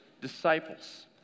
disciples